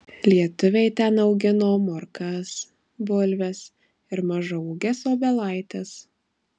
lietuviai ten augino morkas bulves ir mažaūges obelaites